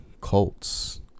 cults